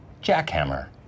jackhammer